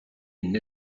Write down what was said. une